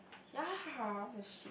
ya what the shit